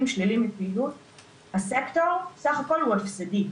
שלילי מפעילות והסקטור בסך הכל הוא הפסדי.